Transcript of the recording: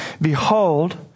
Behold